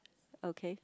okay